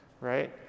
right